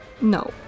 no